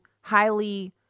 highly